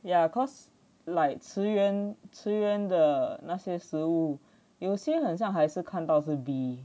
ya cause like 茨园茨园的那些食物有些很像还是看到是 B